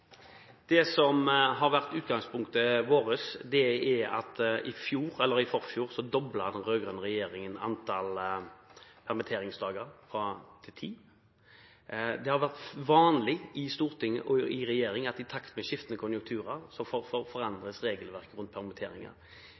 Det som har vært utgangspunktet vårt, er at den rød-grønne regjeringen i fjor eller i forfjor doblet antall permitteringsdager fra 10. Det har vært vanlig i Stortinget og i regjering at regelverket rundt permitteringer forandres i takt med skiftende konjunkturer.